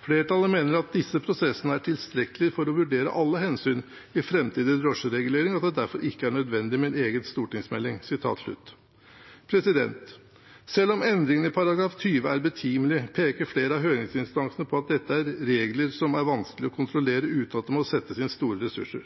Flertallet mener at disse prosessene er tilstrekkelige for å vurdere alle hensynene i fremtidig drosjeregulering, og at det derfor ikke er nødvendig med en egen stortingsmelding.» Selv om endringene i § 20 er betimelige, peker flere av høringsinstansene på at dette er regler som er vanskelige å kontrollere uten at det må settes inn store ressurser.